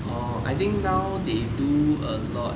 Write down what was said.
orh I think now they do a lot